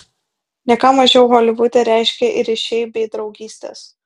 ne ką mažiau holivude reiškia ir ryšiai bei draugystės